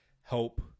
help